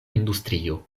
industrio